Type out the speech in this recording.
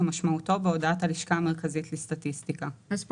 כמשמעותו בהודעת הלשכה המרכזית לסטטיסטיקה," פה